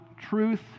truth